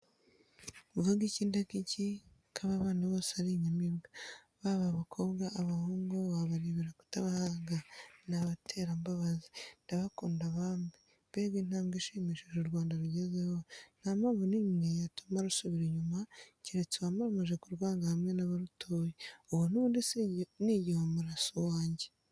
Mvuge iki ndeke iki, ko aba bana bose ari inyamibwa, baba abakobwa, abahungu, wabarebera kutabahaga, ni abaterambabazi, ndabakunda bambe! Mbega intambwe ishimishije u Rwanda rugezeho, nta mpamvu n'imwe yatuma rusubira inyuma, keretse uwamaramaje kurwanga hamwe n'abarutuye, uwo ni ubundi ni igihomora si uwanjye.